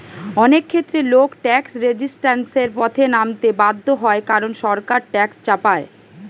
অনেক ক্ষেত্রে লোক ট্যাক্স রেজিস্ট্যান্সের পথে নামতে বাধ্য হয় কারণ সরকার ট্যাক্স চাপায়